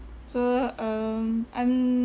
so um I'm